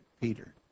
Peter